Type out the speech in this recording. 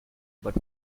but